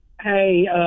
Hey